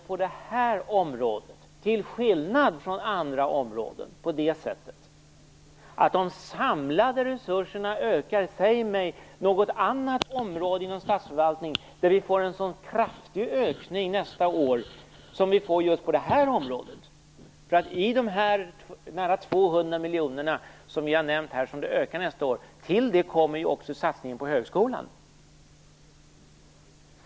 På det här området, till skillnad från andra områden, ökar ändå de samlade resurserna. Säg mig något annat område inom statsförvaltningen där vi får en sådan kraftig ökning nästa år som vi får på just det här området. Till de nära 200 miljoner som vi har nämnt här som ökningen blir nästa år kommer ju också satsningen på högskolan.